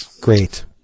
great